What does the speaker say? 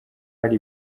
hari